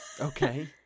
Okay